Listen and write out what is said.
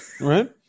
Right